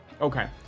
Okay